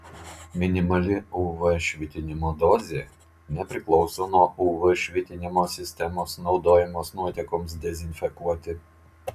minimali uv švitinimo dozė nepriklauso nuo uv švitinimo sistemos naudojamos nuotekoms dezinfekuoti